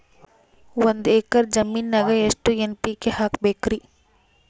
ಒಂದ್ ಎಕ್ಕರ ಜಮೀನಗ ಎಷ್ಟು ಎನ್.ಪಿ.ಕೆ ಹಾಕಬೇಕರಿ?